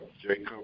Jacob